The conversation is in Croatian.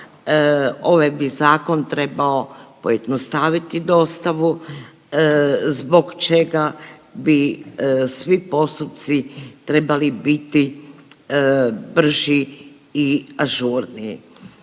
ovaj bi zakon trebao pojednostaviti dostaviti zbog čega bi svi postupci trebali biti brži i ažurniji.